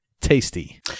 tasty